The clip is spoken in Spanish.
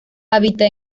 habita